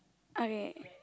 okay